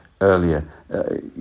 earlier